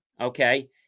okay